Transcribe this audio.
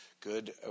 good